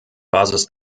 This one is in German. basis